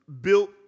built